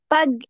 Pag